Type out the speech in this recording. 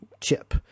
chip